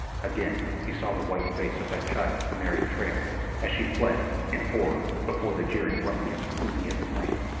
again he saw the white face of that child mary traill as she fled in horror before the jeering ruffian whom he had slain,